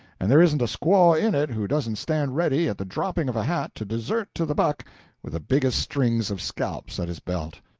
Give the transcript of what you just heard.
and there isn't a squaw in it who doesn't stand ready at the dropping of a hat to desert to the buck with the biggest string of scalps at his belt.